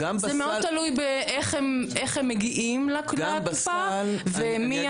זה מאוד תלוי איך הם מגיעים לקופה ומי